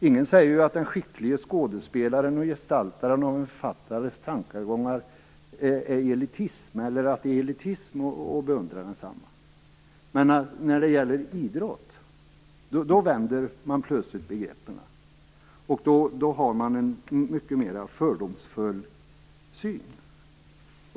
Ingen säger att den skicklige skådespelaren och gestaltaren av en författares tankegångar är elitist eller att det är elitism att beundra densamme. När det gäller idrott vänder man plötsligt på begreppen, och då har man en mycket mera fördomsfull syn.